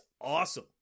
awesome